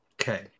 Okay